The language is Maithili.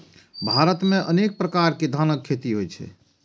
भारत मे अनेक प्रकार के धानक खेती होइ छै